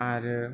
आरो